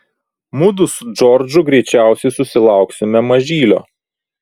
mudu su džordžu greičiausiai susilauksime mažylio